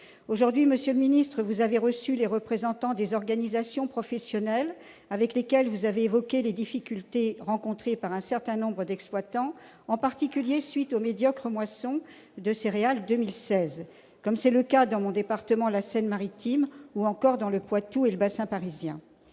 Aujourd'hui, monsieur le ministre, vous avez reçu les représentants des organisations professionnelles, avec lesquels vous avez évoqué les difficultés rencontrées par un certain nombre d'exploitants, faisant suite, en particulier, aux médiocres moissons de céréales en 2016, comme c'est le cas dans mon département, la Seine-Maritime, ou encore dans le Poitou et le bassin parisien.